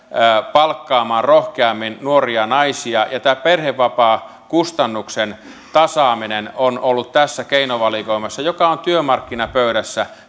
palkkaamaan rohkeammin nuoria naisia ja tämä perhevapaakustannuksen tasaaminen on ollut tässä keinovalikoimassa joka on työmarkkinapöydässä